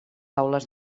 aules